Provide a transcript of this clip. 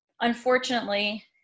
unfortunately